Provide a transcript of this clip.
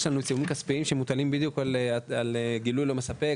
יש לנו עיצומים כספיים שמוטלים בדיוק בגלל הגילוי שהוא לא מספק,